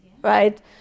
right